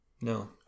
No